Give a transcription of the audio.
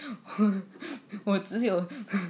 行我只有